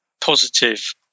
positive